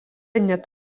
net